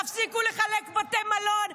תפסיקו לחלק בתי מלון.